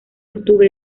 octubre